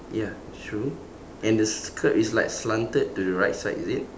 ya true and the skirt is like slanted to the right side is it